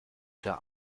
der